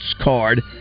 card